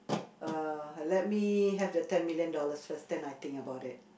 uh let me have the ten million dollars first then I think about it